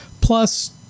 Plus